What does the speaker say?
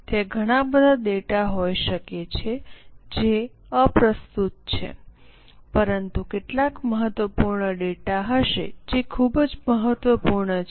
ત્યાં ઘણા બધા ડેટા હોઈ શકે છે જે અપ્રસ્તુત છે પરંતુ કેટલાક મહત્વપૂર્ણ ડેટા હશે જે ખૂબ જ મહત્વપૂર્ણ છે